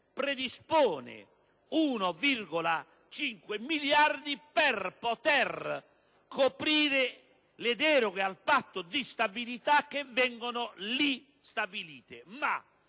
predispone 1,5 miliardi per poter coprire le deroghe al Patto di stabilità che vengono lì stabilite.